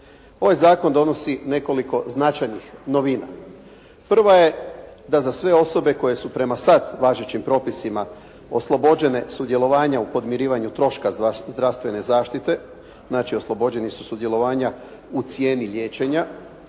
Ovaj zakon donosi nekoliko značajnih novina. Prva je da za sve osobe koje su, prema sad važećim propisima, oslobođenje sudjelovanja u podmirivanju troška zdravstvene zaštite, znači oslobođeni su sudjelovanja u cijeni liječenja.